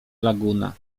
laguna